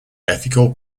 ethical